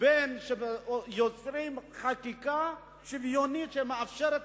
בין זה שיוצרים חקיקה שוויונית שמאפשרת,